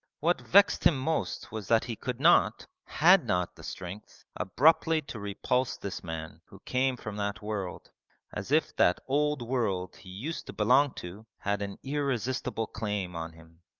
what vexed him most was that he could not had not the strength abruptly to repulse this man who came from that world as if that old world he used to belong to had an irresistible claim on him.